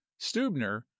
stubner